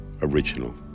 original